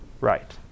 right